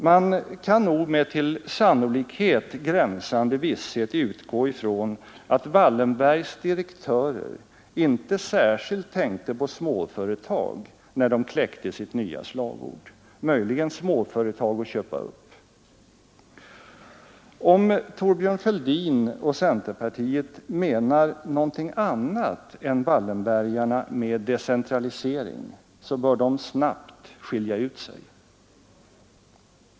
Man kan nog med till sannolikhet gränsande visshet utgå ifrån att Wallenbergs direktörer inte särskilt tänkte på småföretag när de kläckte sitt nya slagord, möjligen småföretag att köpa upp. Om Thorbjörn Fälldin och centerpartiet menar någonting annat än Wallenbergarna med decentralisering bör de snabbt skilja ut sig.